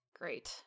Great